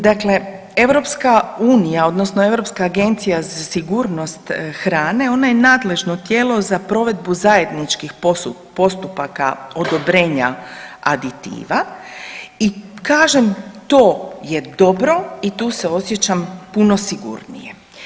Dakle, EU odnosno Europska agencija za sigurnost hrane, ona je nadležno tijelo za provedbu zajedničkih postupaka odobrenja aditiva i kažem, to je dobro i tu se osjećam puno sigurnije.